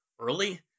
early